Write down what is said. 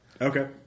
Okay